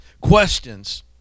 questions